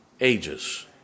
Ages